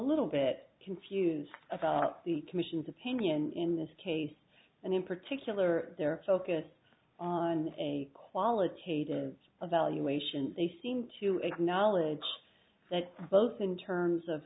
little bit confused about the commission's opinion in this case and in particular their focus on a qualitative a valuation they seem to acknowledge that both in terms of